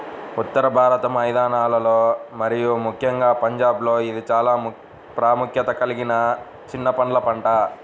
ఉత్తర భారత మైదానాలలో మరియు ముఖ్యంగా పంజాబ్లో ఇది చాలా ప్రాముఖ్యత కలిగిన చిన్న పండ్ల పంట